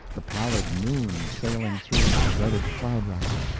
the pallid moon sailing through the shredded cloud-rack,